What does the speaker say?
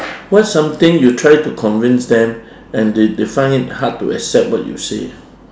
what's something you tried to convince them and they they find it hard to accept what you say